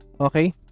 okay